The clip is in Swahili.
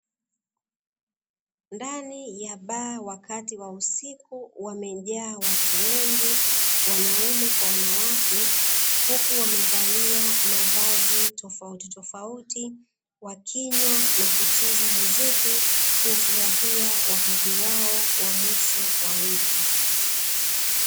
Ndani ya baa wakati wa usiku wamejaa watu wengi wanaume kwa wanawake, huku wamevalia mavazi tofautitofauti wakinywa na kucheza muziki kufurahia wakati wao wa mwisho wa wiki.